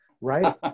Right